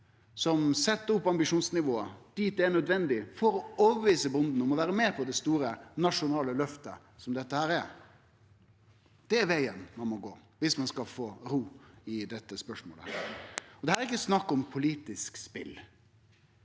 og set opp ambisjonsnivået dit det er nødvendig, for å overtyde bonden om å vere med på det store, nasjonale løftet som dette er. Det er vegen å gå viss ein skal få ro i dette spørsmålet. Det er ikkje snakk om eit politisk spel.